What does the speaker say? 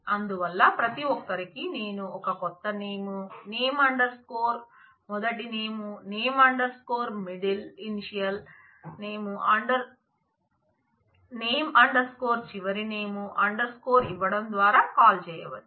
అందువల్ల ప్రతి ఒక్కరికి నేను ఒక కొత్త నేమ్ నేమ్ అండర్ స్కోర్ మొదటి name name underscore middle initial name underscore చివరి నేమ్ అండర్ స్కోర్ ఇవ్వడం ద్వారా కాల్ చేయవచ్చు